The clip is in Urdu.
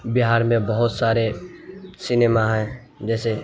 بہار میں بہت سارے سنیما ہیں جیسے